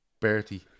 Bertie